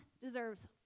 deserves